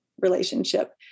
relationship